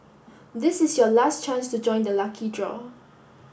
this is your last chance to join the lucky draw